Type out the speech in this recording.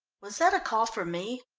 was that a call for me?